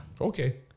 Okay